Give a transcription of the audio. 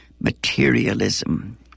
materialism